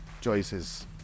choices